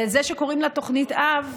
זה שקוראים לה "תוכנית אב"